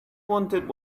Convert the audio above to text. wanted